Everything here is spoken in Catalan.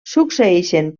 succeeixen